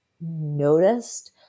noticed